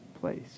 place